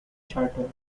charters